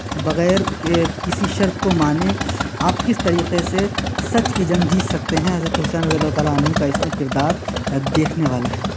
بغیر کے کسی شرط کو مانے آپ کس طریقے سے سچ کی جنگ جیت سکتے ہیں حضرت حسین رضی اللہ تعالیٰ عنہ کا اس میں کردار دیکھنے والا ہے